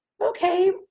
okay